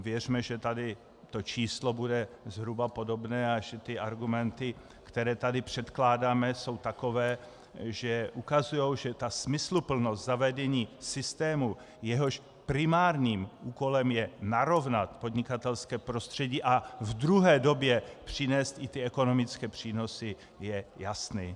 Věřme, že tady to číslo bude zhruba podobné a že ty argumenty, které tady předkládáme, jsou takové, že ukazují, že smysluplnost zavedení systému, jehož primárním úkolem je narovnat podnikatelské prostředí a v druhé době přinést i ty ekonomické přínosy, je jasná.